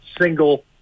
single